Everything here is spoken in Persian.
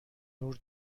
نور